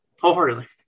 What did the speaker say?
wholeheartedly